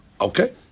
Okay